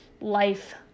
life